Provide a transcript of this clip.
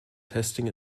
testing